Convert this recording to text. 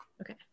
okay